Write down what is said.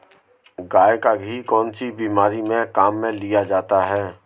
गाय का घी कौनसी बीमारी में काम में लिया जाता है?